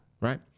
right